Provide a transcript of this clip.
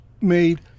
made